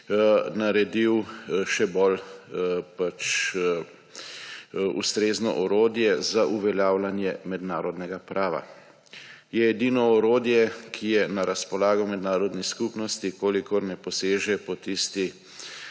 naredil še bolj ustrezno orodje za uveljavljanje mednarodnega prava. Je edino orodje, ki je na razpolago mednarodni skupnosti, v kolikor ne poseže po tisti